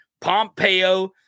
Pompeo